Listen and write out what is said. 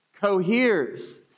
coheres